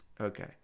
Okay